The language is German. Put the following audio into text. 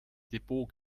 depot